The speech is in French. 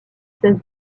cesse